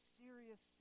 serious